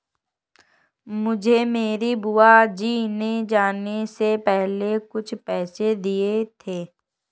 मुझे मेरी बुआ जी ने जाने से पहले कुछ पैसे दिए थे